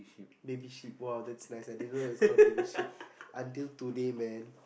baby sheep !wow! that's nice I didn't know it's called baby sheep until today man